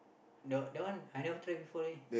no that one I never try before leh